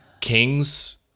kings